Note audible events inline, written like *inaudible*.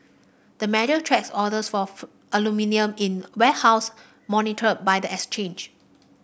the measure tracks orders for *unintelligible* aluminium in warehouse monitored by the exchange